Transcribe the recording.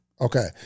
Okay